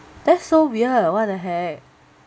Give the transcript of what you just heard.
that's so weird what the heck